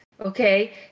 Okay